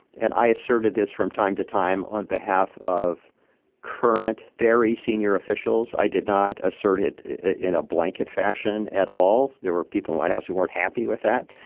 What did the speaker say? and i asserted this from time to time on behalf of current very senior officials. i did not assert it in a blanket fashion at all. there were people, the white house, who weren't happy with that,